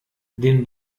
den